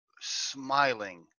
smiling